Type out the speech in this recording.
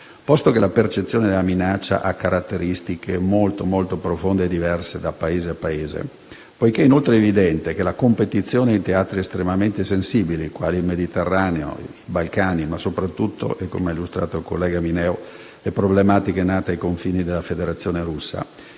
posto che la percezione della minaccia ha caratteristiche profondamente diverse da Paese a Paese; poiché è inoltre evidente che la competizione in teatri estremamente sensibili come il Mediterraneo e i Balcani, ma soprattutto - come ha illustrato il collega Mineo - è problematica ai confini della Federazione Russa,